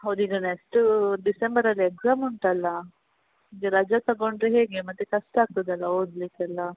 ಹೌದು ಈಗ ನೆಕ್ಸ್ಟೂ ಡಿಸೇಂಬರಲ್ಲಿ ಎಕ್ಸಾಮ್ ಉಂಟಲ್ಲಾ ರಜ ತಗೊಂಡರೆ ಹೇಗೆ ಮತ್ತೆ ಕಷ್ಟಾಗ್ತದಲ್ಲ ಓದಲಿಕ್ಕೆಲ್ಲ